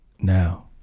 now